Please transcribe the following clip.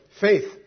Faith